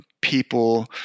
people